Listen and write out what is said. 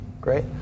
Great